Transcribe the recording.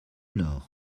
nord